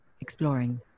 exploring